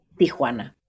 Tijuana